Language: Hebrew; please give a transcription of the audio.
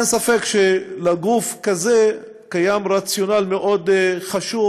אין ספק שבגוף כזה קיים רציונל מאוד חשוב